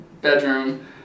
bedroom